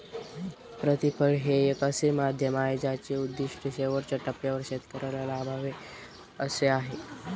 प्रतिफळ हे एक असे माध्यम आहे ज्याचे उद्दिष्ट शेवटच्या टप्प्यावर शेतकऱ्याला लाभावे असे आहे